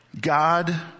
God